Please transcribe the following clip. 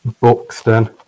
Buxton